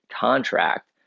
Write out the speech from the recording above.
contract